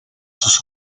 sus